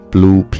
Blue